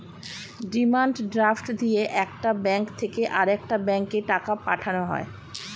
demand draft দিয়ে একটা bank থেকে আরেকটা ব্যাঙ্কে টাকা পাঠানো হয়